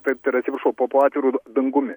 taip tai yra atsiprašau po po atviru da dangumi